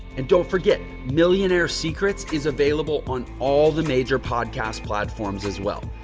and don't forget millionaire secrets is available on all the major podcast platforms as well.